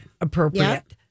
appropriate